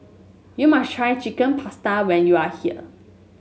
you must try Chicken Pasta when you are here